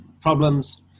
problems